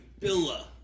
Billa